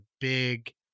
big